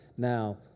Now